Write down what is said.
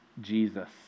Jesus